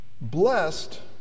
blessed